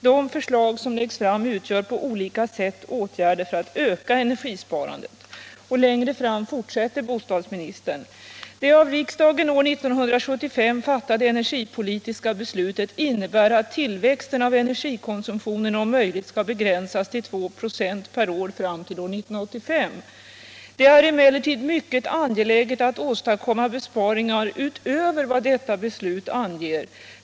De förslag som läggs fram utgör på olika sätt åtgärder för att öka energisparandet.” Längre fram fortsätter bostadsministern: ”Det av riksdagen år 1975 fattade energipolitiska beslutet innebär att tillväxten av energikonsumtionen om möjligt skall begränsas till 2 96 per år fram till år 1985. Det är emellertid mycket angeläget att åstadkomma besparingar utöver vad detta beslut anger.